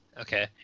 Okay